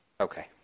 Okay